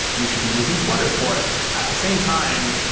you should be using flutter for it. at the same time,